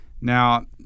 Now